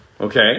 Okay